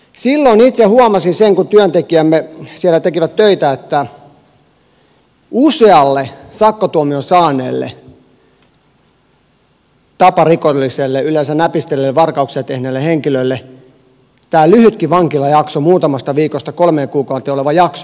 silloin itse huomasin sen kun työntekijämme siellä tekivät töitä että usealle sakkotuomion saaneelle taparikolliselle yleensä näpistelijälle varkauksia tehneelle henkilölle tämä lyhytkin vankilajakso muutamasta viikosta kolmeen kuukauteen oleva jakso oli pelastus